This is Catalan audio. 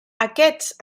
aquests